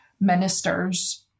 ministers